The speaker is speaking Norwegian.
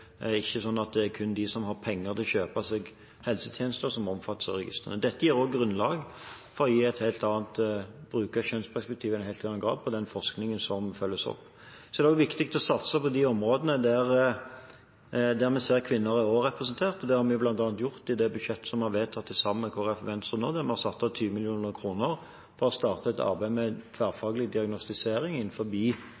ikke sånn at det kun er de som har penger til å kjøpe seg helsetjenester, som omfattes av registrene. Dette gir grunnlag for i en helt annen grad å gi et bruker- og kjønnsperspektiv i den forskningen som følger. Det er også viktig å satse på de områdene der vi ser at kvinner er overrepresentert. Det har vi bl.a. gjort i det budsjettet som nå er vedtatt sammen med Kristelig Folkeparti og Venstre, der vi har satt av 20 mill. kr til å starte et arbeid med tverrfaglig diagnostisering